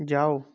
جاؤ